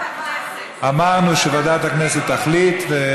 אמרנו שוועדת הכנסת תחליט.